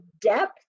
depth